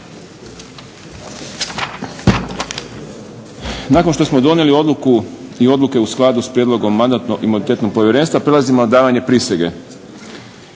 Nakon što smo donijeli odluku i odluke u skladu s prijedlogom Mandatno-imunitetnog povjerenstva prelazimo na davanje prisege.